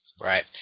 Right